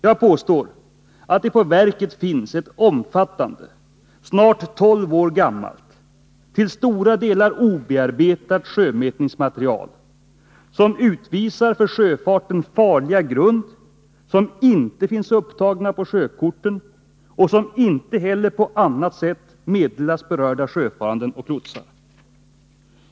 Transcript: Jag påstår att det på verket finns ett omfattande, snart tolv år gammalt, till stora delar obearbetat sjömätningsmaterial, vilket utvisar för sjöfarten farliga grund, som inte finns upptagna på sjökorten och som inte heller på annat sätt meddelas berörda sjöfarande och lotsar.